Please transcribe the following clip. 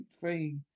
Three